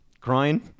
Crying